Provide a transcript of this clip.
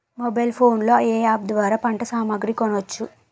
Mobile phone లో ఏ app ద్వారా పంట సామాగ్రి కొనచ్చు?